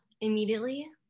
immediately